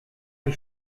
die